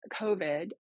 COVID